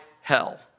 hell